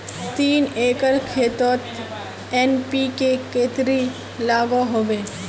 तीन एकर खेतोत एन.पी.के कतेरी लागोहो होबे?